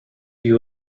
you